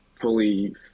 fully